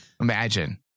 Imagine